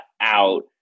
out